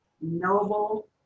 noble